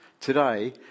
today